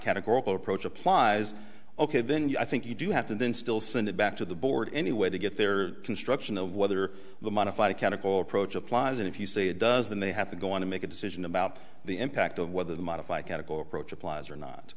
categorical approach applies ok then you i think you do have to then still send it back to the board anyway to get their construction of whether the modified chemical approach applies and if you say it does then they have to go on to make a decision about the impact of whether the modify categoric roche applies or not